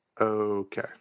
Okay